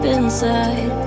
inside